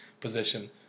position